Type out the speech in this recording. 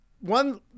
One